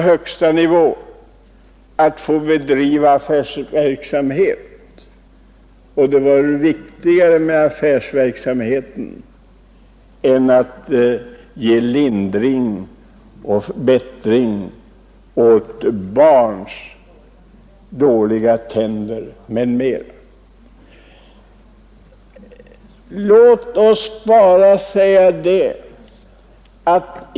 Den nuvarande s.k. biologiska forskningen har meningslöst i ett års tid varit inriktad på några verktyg. Det är det enda som gjorts.